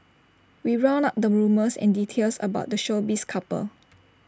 we round up the rumours and details about the showbiz couple